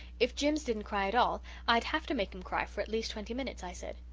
if jims didn't cry at all i'd have to make him cry for at least twenty minutes i said.